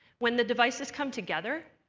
when the devices come together,